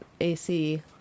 AC